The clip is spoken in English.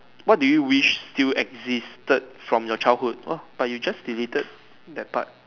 what do you wish still existed from your childhood oh but you just deleted that part